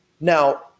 Now